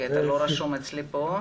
בעיקר בגלל חוסר הוודאות שהמצב הזה יוצר.